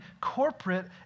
corporate